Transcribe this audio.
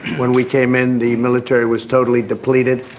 when we came in, the military was totally depleted.